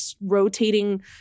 rotating